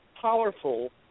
powerful